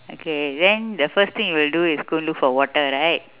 okay then the first thing you will do is go and look for water right